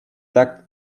tugged